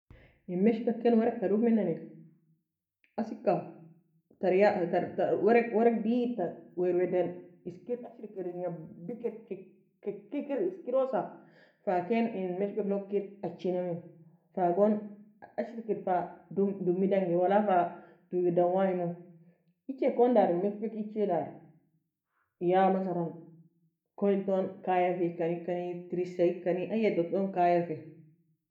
En مشبك ورق ka dumi nani asika ter ya ya ورق ورق deagid ta wer wer dan eskir ashri kir ngabikir kiki kr eskirosa fa ken en مشبك log kir achi namie fa gon ashri ki fa dumi dangi wala fa tuge edan wai mu echi kon dari مشبك echi ya مثلا koie elton kaya eka ekani terie ekani aydo tone kaya fe